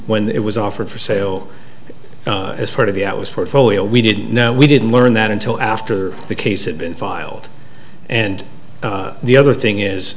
when it was offered for sale as part of the out was portfolio we didn't know we didn't learn that until after the case had been filed and the other thing is